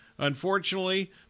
Unfortunately